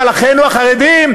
את אנשי יש עתיד ואחרים,